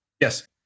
Yes